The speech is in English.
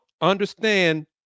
understand